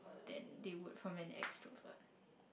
than they would from an extrovert